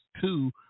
two